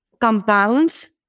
compounds